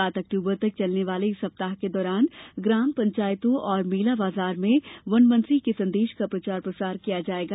सात अक्टूबर तक चलने वाले इस सप्ताह के दौरान ग्राम पंचायतों और मेला बाजार में वन मंत्री के संदेश का प्रचार प्रसार किया जायेगा